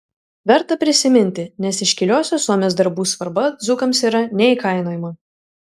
verta prisiminti nes iškiliosios suomės darbų svarba dzūkams yra neįkainojama